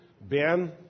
Ben